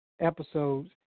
episodes